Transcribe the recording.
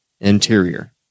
interior